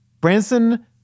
Branson